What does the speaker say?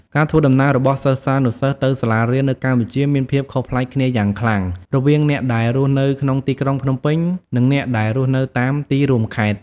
ការធ្វើដំណើររបស់សិស្សានុសិស្សទៅសាលារៀននៅកម្ពុជាមានភាពខុសប្លែកគ្នាយ៉ាងខ្លាំងរវាងអ្នកដែលរស់នៅក្នុងទីក្រុងភ្នំពេញនិងអ្នកដែលរស់នៅតាមទីរួមខេត្ត។